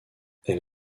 elle